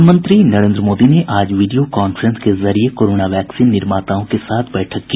प्रधानमंत्री नरेन्द्र मोदी ने आज वीडियों कांफ्रेंस के जरिये कोरोना वैक्सीन निर्माताओं के साथ बैठक की